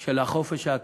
של החופש האקדמי